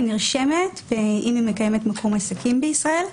היא נרשמת ואם היא מקיימת מקום עסקים בישראל.